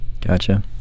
Gotcha